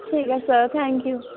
ਠੀਕ ਹੈ sir thank you